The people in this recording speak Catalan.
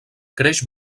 creix